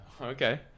Okay